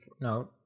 No